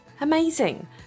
Amazing